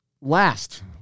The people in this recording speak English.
Last